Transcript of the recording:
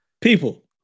people